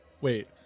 Wait